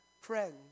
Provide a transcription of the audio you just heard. friends